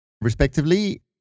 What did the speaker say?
respectively